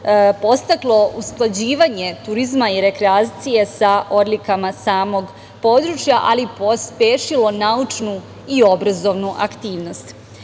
podstaklo usklađivanje turizma i rekreacije sa odlikama samog područja, ali i pospešilo naučnu i obrazovnu